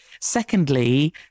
Secondly